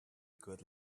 good